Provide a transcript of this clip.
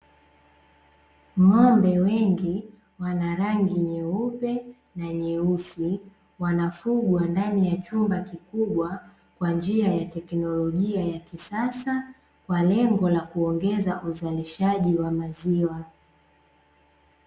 Ng'ombe wengi wana rangi nyeupe na nyeusi, wanafugwa ndani ya chumba kikubwa kwa njia ya teknolojia ya kisasa kwa lengo la kuongeza uzalishaji wa maziwa.